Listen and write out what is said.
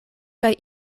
kaj